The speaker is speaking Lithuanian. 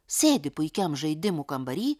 sėdi puikiam žaidimų kambary